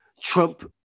Trump